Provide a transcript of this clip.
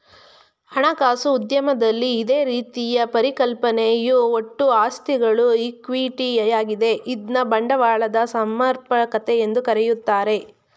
ಹಣಕಾಸು ಉದ್ಯಮದಲ್ಲಿ ಇದೇ ರೀತಿಯ ಪರಿಕಲ್ಪನೆಯು ಒಟ್ಟು ಆಸ್ತಿಗಳು ಈಕ್ವಿಟಿ ಯಾಗಿದೆ ಇದ್ನ ಬಂಡವಾಳದ ಸಮರ್ಪಕತೆ ಎಂದು ಕರೆಯುತ್ತಾರೆ